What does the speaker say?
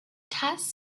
task